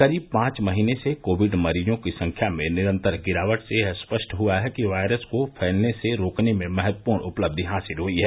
करीब पांच महीने से कोविड मरीजों की संख्या में निरंतर गिरावट से यह स्पष्ट हुआ है कि वायरस को फैलने से रोकने में महत्वपूर्ण उपलब्धि हासिल हुई है